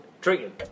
drinking